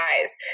eyes